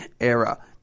era